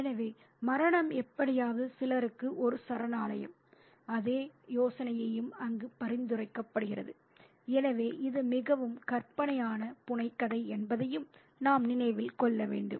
எனவே மரணம் எப்படியாவது சிலருக்கு ஒரு சரணாலயம் அந்த யோசனையும் அங்கே பரிந்துரைக்கப்படுகிறது எனவே இது மிகவும் கற்பனையான புனைகதை என்பதையும் நாம் நினைவில் கொள்ள வேண்டும்